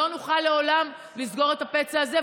לא נוכל לעולם לסגור את הפצע הזה,